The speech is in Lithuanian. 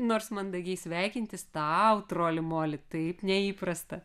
nors mandagiai sveikintis tau troli moli taip neįprasta